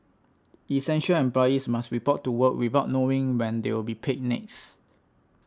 essential employees must report to work without knowing when they'll be paid next